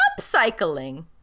upcycling